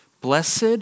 Blessed